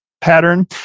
pattern